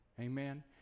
Amen